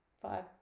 five